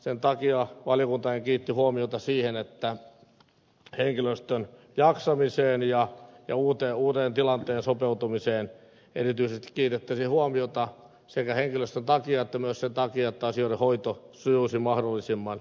sen takia valiokuntakin kiinnitti huomiota siihen että henkilöstön jaksamiseen ja uuteen tilanteeseen sopeutumiseen erityisesti kiinnitettäisiin huomiota sekä henkilöstön takia että myös sen takia että asioiden hoito sujuisi mahdollisimman joustavasti